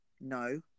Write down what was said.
No